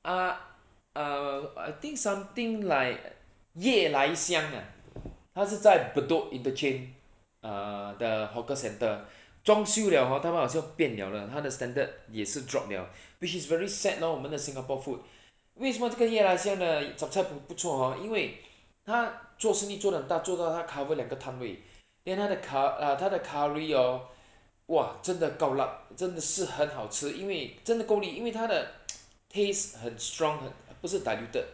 uh err I think something like 夜来香 ah 他是在 bedok interchange err 的 hawker centre 装修了 hor 他们好像变了了他的 standard 也是 drop 了 which is very sad lor 我们的 singapore food 为什么这也夜来香的 zhup cai png 不错 hor 因为 他做生意做得很大做到他 cover 两个摊位 then 他的 cu~ 他的 curry hor !wah! 真的 gao lat 真的是很好吃因为真的够力因为他的 taste 很 strong 不是 diluted